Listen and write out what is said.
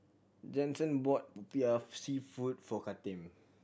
Jensen bought Popiah Seafood for Kathern